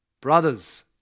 Brothers